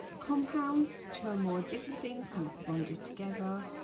compounds, two or more different things chemically bonded together.